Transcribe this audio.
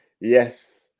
yes